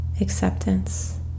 acceptance